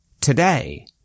Today